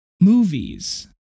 movies